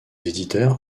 éditeurs